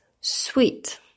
sweet